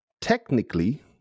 technically